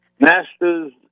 Master's